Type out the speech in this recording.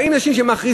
באות נשים שמכריזות: